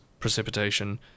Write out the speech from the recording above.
Precipitation